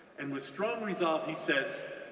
and with strong resolve, he says,